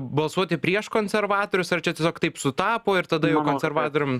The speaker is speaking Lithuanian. balsuoti prieš konservatorius ar čia tiesiog taip sutapo ir tada jau konservatoriam